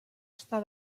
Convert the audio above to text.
estar